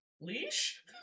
leash